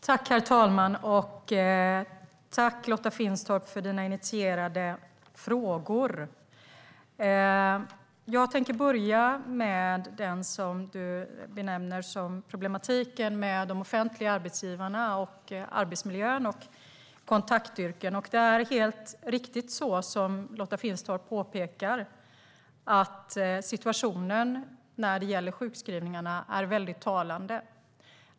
Herr talman! Tack, Lotta Finstorp för dina initierade frågor! Jag tänker börja med det som du benämner som problematiken med de offentliga arbetsgivarna, arbetsmiljön och kontaktyrken. Det är helt riktigt som Lotta Finstorp påpekar: Situationen när det gäller sjukskrivningarna är mycket talande.